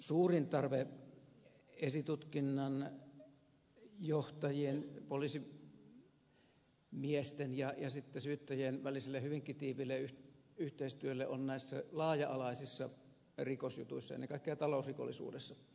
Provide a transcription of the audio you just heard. suurin tarve esitutkinnan johtajien poliisimiesten ja syyttäjien väliselle hyvinkin tiiviille yhteistyölle on näissä laaja alaisissa rikosjutuissa ennen kaikkea talousrikollisuudessa